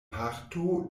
parto